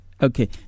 Okay